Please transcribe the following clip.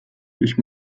ich